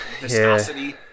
Viscosity